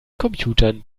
computern